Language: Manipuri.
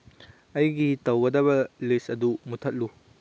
ꯑꯩꯒꯤ ꯇꯧꯒꯗꯕ ꯂꯤꯁ ꯑꯗꯨ ꯃꯨꯊꯠꯂꯨ